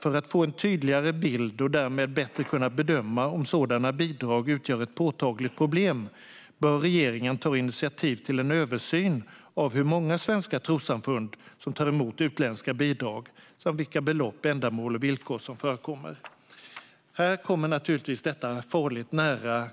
För att få en tydligare bild och därmed bättre kunna bedöma om sådana bidrag utgör ett påtagligt problem bör regeringen ta initiativ till en översyn av hur många svenska trossamfund som tar emot utländska bidrag och vilka belopp, ändamål och villkor som förekommer. Detta rör sig farligt nära